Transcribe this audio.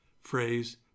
phrase